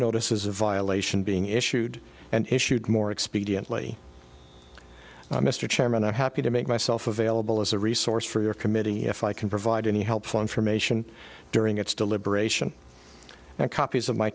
notices a violation being issued and issued more expediently mr chairman i'm happy to make myself available as a resource for your committee if i can provide any helpful information during its deliberation that copies of my